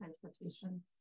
transportation